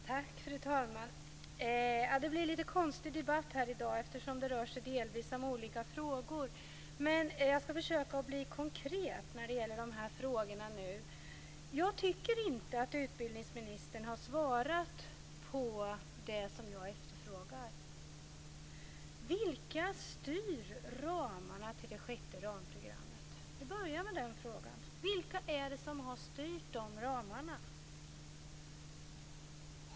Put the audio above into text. Fru talman! Det blir en lite konstig debatt i dag eftersom det delvis rör sig om olika frågor. Jag ska försöka vara konkret när det gäller de här frågorna. Jag tycker inte att utbildningsministern har svarat på det som jag efterfrågar. Vilka styr ramarna till det sjätte ramprogrammet? Vi börjar med den frågan. Vilka är det som har styrt de ramarna?